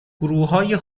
گروههای